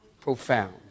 profound